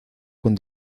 con